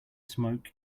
smoke